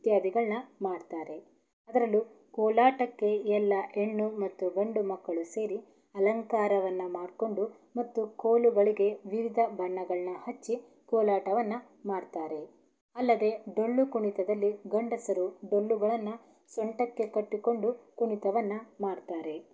ಇತ್ಯಾದಿಗಳನ್ನ ಮಾಡ್ತಾರೆ ಅದ್ರಲ್ಲೂ ಕೋಲಾಟಕ್ಕೆ ಎಲ್ಲ ಹೆಣ್ಣು ಮತ್ತು ಗಂಡು ಮಕ್ಕಳು ಸೇರಿ ಅಲಂಕಾರವನ್ನು ಮಾಡಿಕೊಂಡು ಮತ್ತು ಕೋಲುಗಳಿಗೆ ವಿವಿಧ ಬಣ್ಣಗಳನ್ನ ಹಚ್ಚಿ ಕೋಲಾಟವನ್ನು ಮಾಡ್ತಾರೆ ಅಲ್ಲದೆ ಡೊಳ್ಳು ಕುಣಿತದಲ್ಲಿ ಗಂಡಸರು ಡೊಳ್ಳುಗಳನ್ನ ಸೊಂಟಕ್ಕೆ ಕಟ್ಟಿಕೊಂಡು ಕುಣಿತವನ್ನು ಮಾಡ್ತಾರೆ